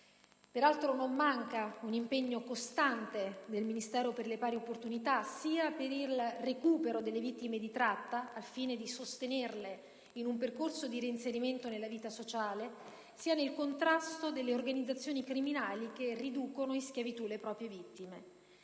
Peraltro, non manca un impegno costante del Ministero per le pari opportunità, sia per il recupero delle vittime di tratta, al fine di sostenerle in un percorso di reinserimento nella vita sociale, sia nel contrasto delle organizzazioni criminali che riducono in schiavitù le proprie vittime.